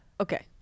okay